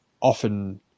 often